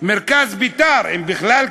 מרכז "בית"ר" אם בכלל קיים,